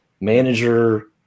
manager